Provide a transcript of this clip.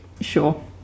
Sure